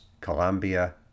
Colombia